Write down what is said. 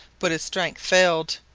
but his strength failed,